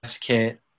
kit